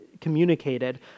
communicated